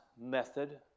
method